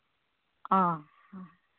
ᱚᱻ